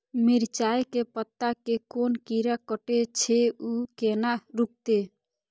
मिरचाय के पत्ता के कोन कीरा कटे छे ऊ केना रुकते?